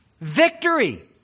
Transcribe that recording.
Victory